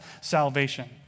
salvation